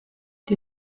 die